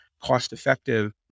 cost-effective